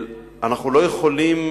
אנחנו לא יכולים